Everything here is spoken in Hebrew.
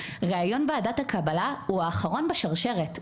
ראיון ועדת הקבלה הוא האחרון בשרשרת,